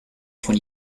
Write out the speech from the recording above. von